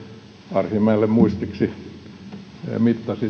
arhinmäelle muistin virkistykseksi mittasi